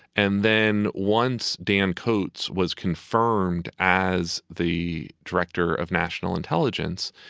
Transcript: and then once dan coats was confirmed as the director of national intelligence,